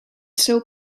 seu